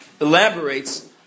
elaborates